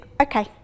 okay